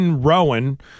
Rowan